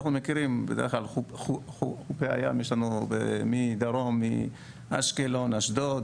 היום יש לנו בדרום את אשקלון ואשדוד,